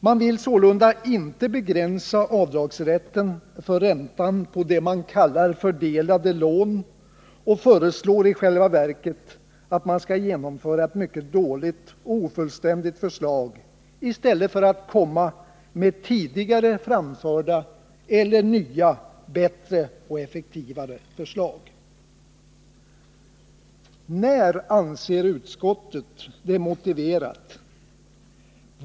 Man vill sålunda inte begränsa avdragsrätten när det gäller räntan på det man kallar fördelade lån och föreslår i själva verket att man skall genomföra ett mycket dåligt och ofullständigt förslag i stället för att komma med tidigare framförda eller nya, bättre och effektivare förslag. När anser utskottet det motiverat?